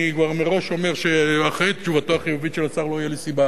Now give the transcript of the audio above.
אני כבר מראש אומר שאחרי תשובתו החיובית של השר לא תהיה לי סיבה